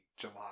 July